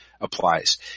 applies